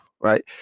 right